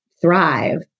thrive